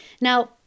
Now